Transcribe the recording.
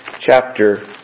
chapter